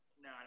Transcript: No